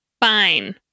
Fine